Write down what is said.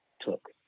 took